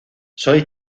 soy